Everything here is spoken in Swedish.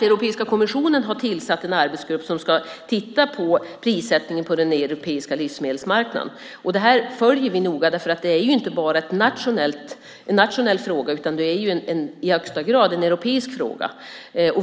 Europeiska kommissionen har tillsatt en arbetsgrupp som ska titta på prissättningen på den europeiska livsmedelsmarknaden. Detta följer vi noga. Det är ju inte bara en nationell fråga utan i högsta grad en europeisk fråga.